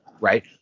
right